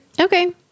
Okay